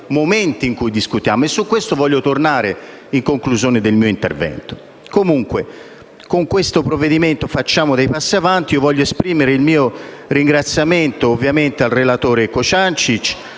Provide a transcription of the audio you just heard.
momenti di discussione. E su questo punto voglio tornare, in conclusione del mio intervento. In ogni caso, con questo provvedimento facciamo dei passi avanti. Io voglio esprimere il mio ringraziamento, ovviamente, al relatore Cociancich,